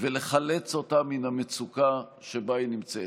ולחלץ אותה מהמצוקה שבה היא נמצאת.